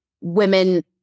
women